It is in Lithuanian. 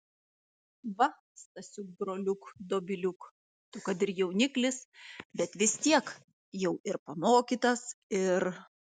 va stasiuk broliuk dobiliuk tu kad ir jauniklis bet vis tiek jau ir pamokytas ir